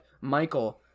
Michael